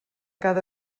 cada